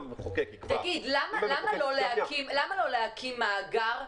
אם המחוקק יקבע --- למה לא להקים מאגר